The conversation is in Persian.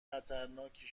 خطرناکی